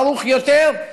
ערוך יותר,